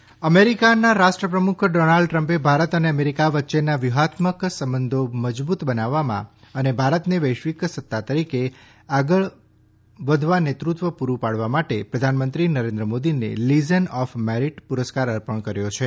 મોદી પુરસ્કાર અમેરિકાના રાષ્ટ્રપ્રમુખ ડોનાલ્ડ ટ્રમ્પે ભારત અને અમેરિકા વચ્ચેના વ્યુહાત્મક સંબંધો મજબુત બનાવવામાં અને ભારતને વૈશ્વિક સત્તા તરીકે આગળ વધવા નેતૃત્વ પુરુ પાડવા માટે પ્રધાનમંત્રી નરેન્દ્ર મોદીને લીઝન ઓફ મેરીટ પુરસ્કાર અર્પણ કર્યો છે